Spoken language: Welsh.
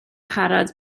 parod